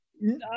No